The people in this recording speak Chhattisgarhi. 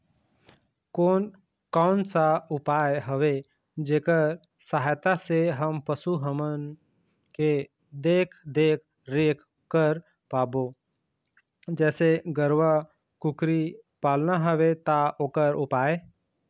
कोन कौन सा उपाय हवे जेकर सहायता से हम पशु हमन के देख देख रेख कर पाबो जैसे गरवा कुकरी पालना हवे ता ओकर उपाय?